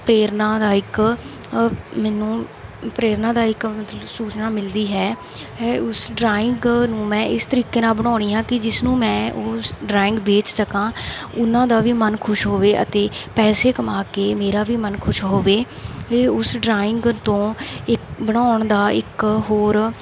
ਪ੍ਰੇਰਨਾ ਦਾ ਇੱਕ ਮੈਨੂੰ ਪ੍ਰੇਰਨਾ ਦਾ ਇੱਕ ਮਤਲਬ ਸੂਚਨਾ ਮਿਲਦੀ ਹੈ ਹੈ ਉਸ ਡਰਾਇੰਗ ਨੂੰ ਮੈਂ ਇਸ ਤਰੀਕੇ ਨਾਲ ਬਣਾਉਂਦੀ ਹਾਂ ਕਿ ਜਿਸ ਨੂੰ ਮੈਂ ਉਹ ਡਰਾਇੰਗ ਵੇਚ ਸਕਾਂ ਉਹਨਾਂ ਦਾ ਵੀ ਮਨ ਖੁਸ਼ ਹੋਵੇ ਅਤੇ ਪੈਸੇ ਕਮਾ ਕੇ ਮੇਰਾ ਵੀ ਮਨ ਖੁਸ਼ ਹੋਵੇ ਇਹ ਉਸ ਡਰਾਇੰਗ ਤੋਂ ਇੱਕ ਬਣਾਉਣ ਦਾ ਇੱਕ ਹੋਰ